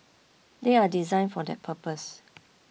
they are designed for that purpose